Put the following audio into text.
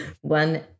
One